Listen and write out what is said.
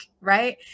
right